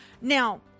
Now